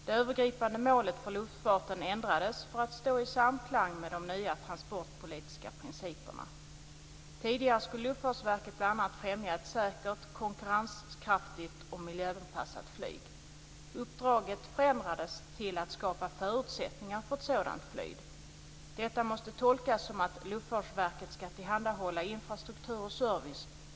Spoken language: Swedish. Här finns i första hand fraktflyg, men man avser att satsa på en utökning av passagerartrafiken från i dag 200 000 till 1 miljon passagerare.